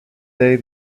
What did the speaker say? day